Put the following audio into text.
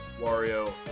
Wario